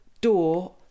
door